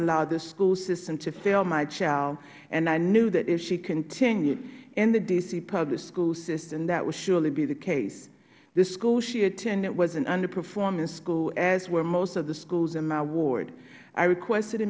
allow this school system to fail my child and i knew that if she continued in the d c public school system that would surely be the case the school she attended was an underperforming school as were most of the schools in my ward i requested a